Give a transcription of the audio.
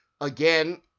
again